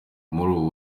ubu